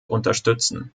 unterstützen